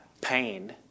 pain